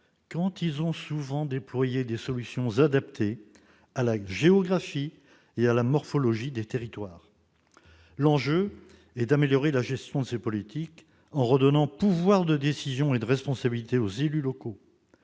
qu'ils ont souvent déployé des solutions adaptées à la géographie et à la morphologie des territoires. L'enjeu est d'améliorer la gestion de ces politiques en redonnant pouvoir de décision et de responsabilité aux élus locaux.